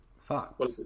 fox